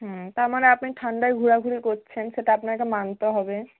হুম তার মানে আপনি ঠান্ডায় ঘোরাঘুরি করছেন সেটা আপনাকে মানতে হবে